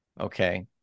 okay